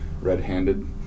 Red-Handed